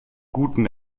guten